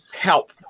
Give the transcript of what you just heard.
help